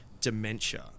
dementia